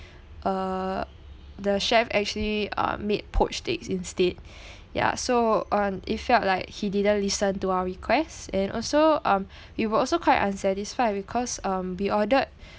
uh the chef actually uh made poached eggs instead yeah so and it felt like he didn't listen to our requests and also um we were also quite unsatisfied because um we ordered